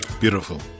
Beautiful